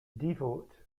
devote